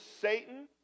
Satan